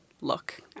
look